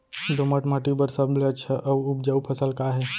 दोमट माटी बर सबले अच्छा अऊ उपजाऊ फसल का हे?